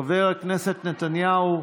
חבר הכנסת נתניהו,